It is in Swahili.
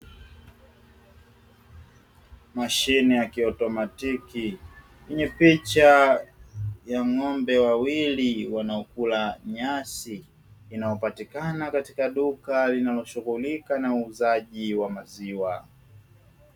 Mashine ya kiotamatiki yenye picha ya ng'ombe wawili wanaokula nyasi. Inayopatikana katika duka linaloshughulika na uuzaji wa maziwa.